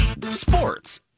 sports